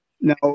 Now